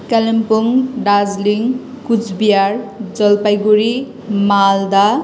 Kalimpong Darjeeling Coochbehar Jalpaiguri Malda